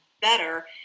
better